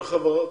כל חברה?